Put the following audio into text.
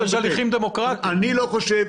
אורנה, אני לא חושב